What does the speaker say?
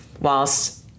whilst